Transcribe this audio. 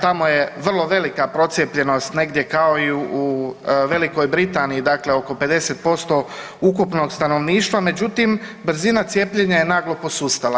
Tamo je vrlo velika procijepljenost, negdje kao i u Velikoj Britaniji, dakle oko 50% ukupnog stanovništva, međutim brzina cijepljenja je naglo posustala.